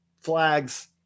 flags